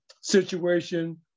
situation